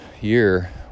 year